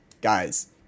guys